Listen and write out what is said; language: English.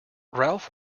ralph